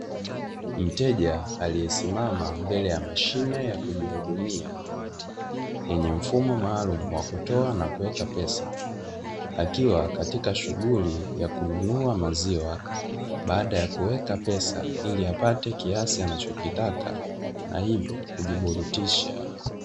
Mteja aliyesimama mbele ya mashine ya kujihudumia, yenye mfumo maaalumu wa kutoa na kuweka pesa. Akiwa katika shughuli ya kununua maziwa baada ya kuweka pesa, ili apate kiasi anachokitaka na hivyo kujiburudisha.